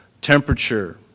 temperature